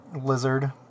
lizard